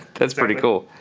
that's pretty cool.